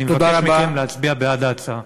אני מבקש מכם להצביע בעד ההצעה.